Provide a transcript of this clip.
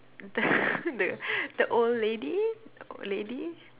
the the old lady the old lady